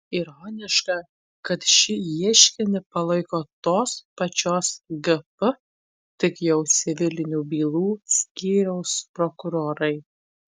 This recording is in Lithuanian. ironiška kad šį ieškinį palaiko tos pačios gp tik jau civilinių bylų skyriaus prokurorai